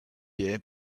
year